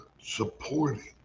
supporting